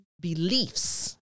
beliefs